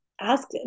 Ask